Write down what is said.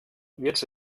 jetzt